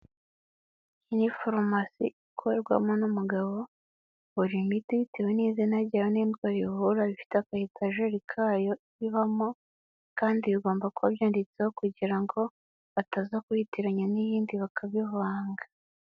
Ni farumasi ikorwamo n'umugabo buri miti bitewe n'izina ryayo n'indwara ivura ifite aka etajeri kayo ibamo, kandi bigomba kuba byanditseho kugira ngo bataza kuyitiranya n'iyindi bakabivanga.